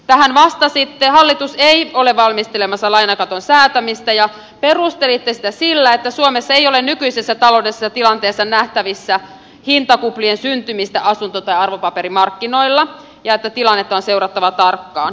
tähän vastasitte että hallitus ei ole valmistelemassa lainakaton säätämistä ja perustelitte sitä sillä että suomessa ei ole nykyisessä taloudellisessa tilanteessa nähtävissä hintakuplien syntymistä asunto tai arvopaperimarkkinoilla ja että tilannetta on seurattava tarkkaan